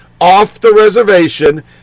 off-the-reservation